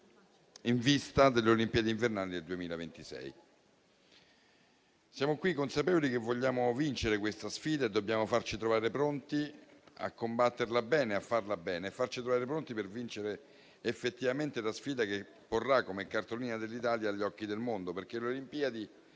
in vista delle Olimpiadi invernali del 2026. Siamo consapevoli che se vogliamo vincere questa sfida dobbiamo farci trovare pronti a combatterla bene, per vincere effettivamente la sfida che si porrà come cartolina dell'Italia agli occhi del mondo. Infatti le Olimpiadi,